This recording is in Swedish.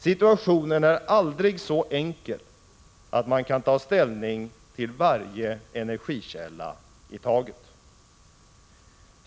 Situationen är aldrig så enkel att man kan ta ställning till varje energikälla för sig.